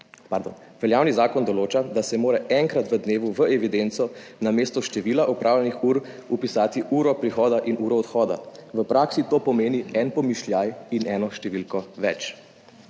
veljavni zakon določa, da se mora enkrat v dnevu v evidenco namesto števila opravljenih ur vpisati uro prihoda in uro odhoda. V praksi to pomeni en pomišljaj in eno številko več.